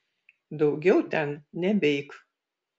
daugiau ten nebeik